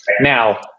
Now